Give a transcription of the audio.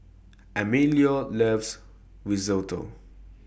Emilio loves Risotto